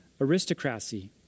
aristocracy